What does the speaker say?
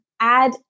add